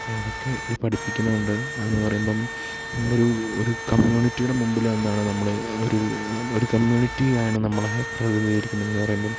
അതൊക്കെ ഇത് പഠിപ്പിക്കുന്നുണ്ട് എന്ന് പറയുമ്പം നമ്മളൊരു ഒരു കമ്മ്യൂണിറ്റിയുടെ മുമ്പിൽ എന്നാണ് നമ്മള് ഒരു ഒരു കമ്മ്യൂണിറ്റിയാണ് നമ്മളെ പ്രതിനിധീകരിക്കുന്നത് എന്ന് പറയുമ്പം